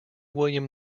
william